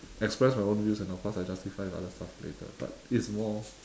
express my own views and of course I justify with other stuff later but it's more